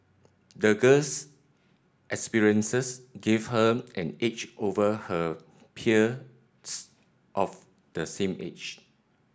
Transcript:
the girl's experiences gave her an edge over her peers of the same age